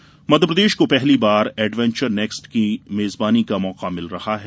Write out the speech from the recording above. adventure next Madhya Pradesh को पहली बार एडवेंचर नेक्स्ट की मेजबानी का मौका मिल रहा है